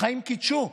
החיים קידשו,